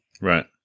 right